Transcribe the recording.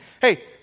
hey